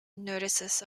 notices